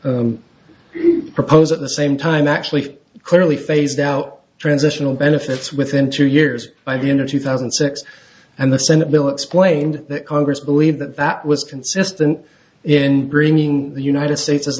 was proposed at the same time actually clearly phased out transitional benefits within two years by the end of two thousand and six and the senate bill explained that congress believed that that was consistent in bringing the united states